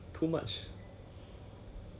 ya ya ya ya ya ya ya